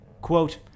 quote